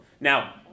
Now